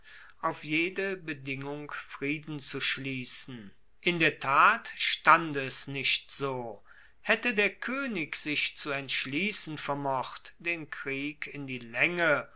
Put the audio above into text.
auf jede bedingung frieden zu schliessen in der tat stand es nicht so haette der koenig sich zu entschliessen vermocht den krieg in die laenge